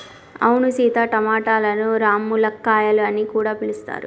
అవును సీత టమాటలను రామ్ములక్కాయాలు అని కూడా పిలుస్తారు